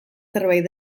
zerbait